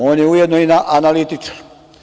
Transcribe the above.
On je ujedno i analitičar.